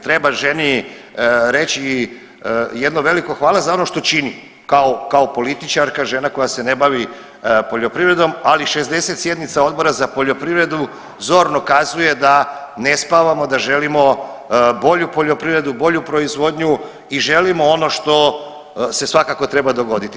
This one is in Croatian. Treba ženi reći jedno veliko hvala za ono što čini kao političarka, žena koja se ne bavi poljoprivredom, ali 60 sjednica Odbora za poljoprivredu zorno kazuje da ne spavamo, da želimo bolju poljoprivredu, bolju proizvodnju i želimo ono što se svakako treba dogoditi.